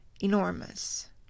enormous